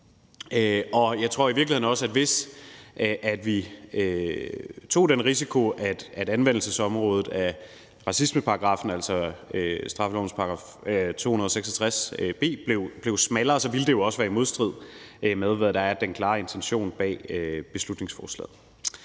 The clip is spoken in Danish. Jeg tror i virkeligheden også, at hvis vi løb den risiko, at anvendelsesområdet i racismeparagraffen, altså straffelovens § 266 b, blev smallere, så ville det jo også være i modstrid med, hvad der er den klare intention bag beslutningsforslaget.